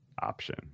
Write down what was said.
option